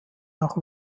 nach